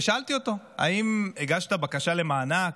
ושאלתי אותו: האם הגשת בקשה למענק?